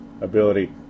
ability